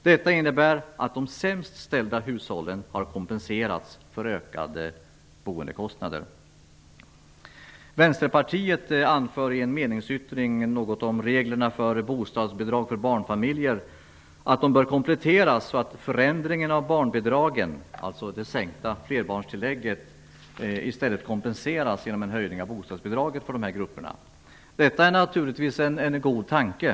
Detta innebär att de sämst ställda hushållen har kompenserats för ökade boendekostnader. Vänsterpartiet anför i sin meningsyttring något om att reglerna för bostadsbidrag för barnfamiljer bör kompletteras så att förändringen av barnbidragen -- alltså det sänkta flerbarnstillägget -- i stället kompenseras genom en höjning av bostadsbidraget för dessa grupper. Detta är naturligtvis en god tanke.